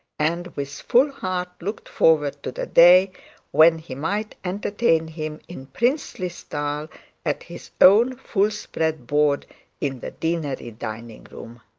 and with full heart looked forward to the day when he might entertain him in princely style at his own full-spread board in the deanery dining-room.